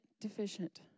deficient